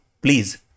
Please